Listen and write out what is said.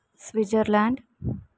Switzerland